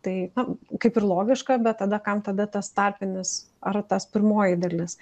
tai na kaip ir logiška bet tada kam tada tas tarpinis ar tas pirmoji dalis